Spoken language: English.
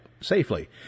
safely